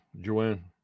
joanne